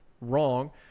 wrong